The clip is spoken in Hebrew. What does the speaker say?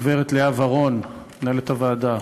הגברת לאה ורון, מנהלת הוועדה.